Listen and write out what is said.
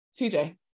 TJ